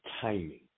timing